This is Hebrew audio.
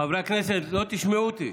חברי הכנסת, לא תשמעו אותי,